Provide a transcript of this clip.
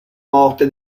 morte